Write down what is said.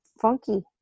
funky